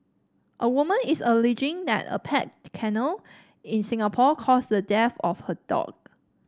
a woman is alleging that a pet kennel in Singapore caused the death of her dog